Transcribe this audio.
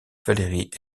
valerie